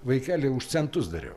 vaikeli už centus dariau